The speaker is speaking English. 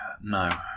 no